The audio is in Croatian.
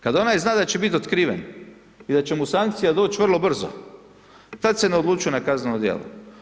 Kada onaj zna da će biti otkriven i da će mu sankcija doći vrlo brzo tada se ne odlučuje na kazneno djelo.